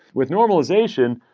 with normalization,